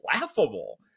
laughable